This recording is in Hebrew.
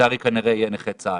לצערי כנראה יהיה נכה צה"ל.